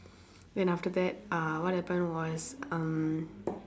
then after that what happened was um